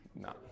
no